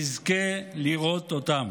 נזכה לראות אותם.